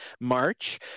March